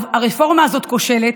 הרפורמה הזאת כושלת,